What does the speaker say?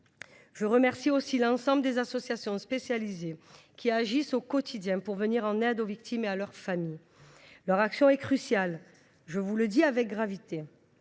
Je remercie aussi l’ensemble des associations spécialisées qui agissent au quotidien pour venir en aide aux victimes et à leurs familles. Leur action est cruciale. Aussi, je vous le dis avec gravité